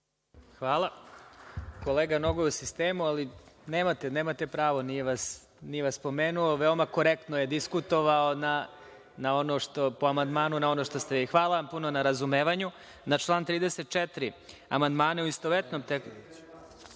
Hvala. Kolega Nogo je u sistemu, ali nemate pravo, nije vas spomenuo. Veoma korektno je diskutovao po amandmanu na ono što ste vi...Hvala vam puno na razumevanju. Na član 35. amandmane, u istovetnom